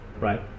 right